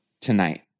tonight